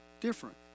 different